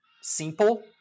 simple